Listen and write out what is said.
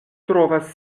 trovas